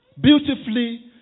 beautifully